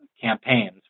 campaigns